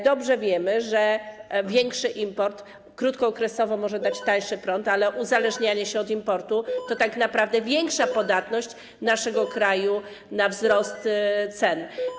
Dobrze wiemy, że większy import krótkookresowo może dać tańszy prąd, ale uzależnianie się od importu to tak naprawdę większa podatność naszego kraju na wzrost cen.